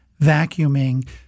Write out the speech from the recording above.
vacuuming